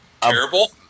Terrible